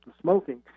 smoking